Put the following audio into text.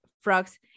frogs